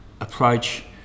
approach